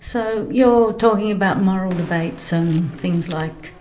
so you're talking about moral debates, and things like